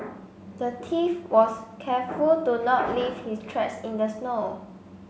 the thief was careful to not leave his tracks in the snow